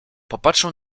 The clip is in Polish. popatrzył